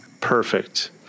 Perfect